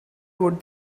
would